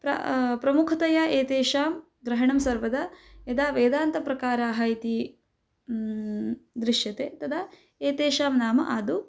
प्र प्रमुखतया एतेषां ग्रहणं सर्वदा यदा वेदान्तप्रकाराः इति दृश्यन्ते तदा एतेषां नाम आदौ